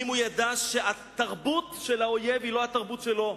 אם הוא ידע שהתרבות של האויב היא לא התרבות שלו,